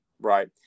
right